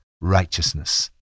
righteousness